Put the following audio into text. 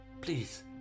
Please